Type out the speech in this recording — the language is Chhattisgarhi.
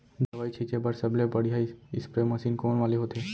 दवई छिंचे बर सबले बढ़िया स्प्रे मशीन कोन वाले होथे?